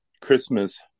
Christmas